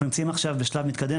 אנחנו נמצאים עכשיו בשלב מתקדם,